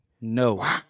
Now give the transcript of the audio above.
no